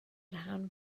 rhan